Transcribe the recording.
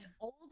old